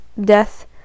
death